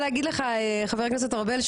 חבר הכנסת ארבל,